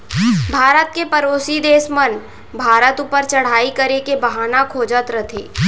भारत के परोसी देस मन भारत ऊपर चढ़ाई करे के बहाना खोजत रथें